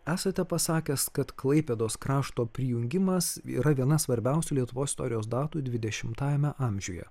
esate pasakęs kad klaipėdos krašto prijungimas yra viena svarbiausių lietuvos istorijos datų dvidešimtajame amžiuje